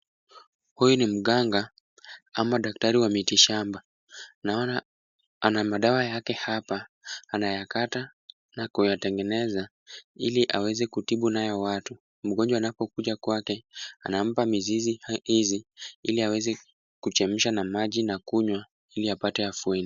Huyu ni mganga ama daktari wa miti shamba. Naona ana madawa yake hapa. Anayakata na kuyatengeneza ili aweze kutibu nayo watu. Mgonjwa anapokuja kwake, anampa mizizi hizi ili aweze kuchemsha na maji na kunywa ili apate afueni.